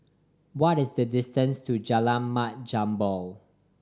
what is the distance to Jalan Mat Jambol